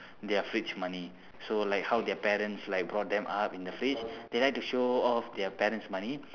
their fridge money so like how their parents like brought them up in the fridge they like to show off their parents' money